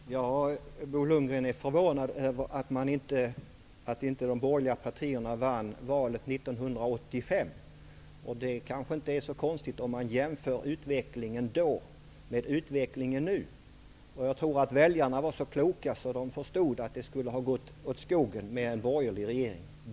Fru talman! Bo Lundgren är förvånad över att inte de borgerliga partierna vann valet 1985. Det är kanske inte så konstigt om man jämför utvecklingen då med utvecklingen nu. Jag tror att väljarna var så kloka att de förstod att det skulle ha gått åt skogen med en borgerlig regering.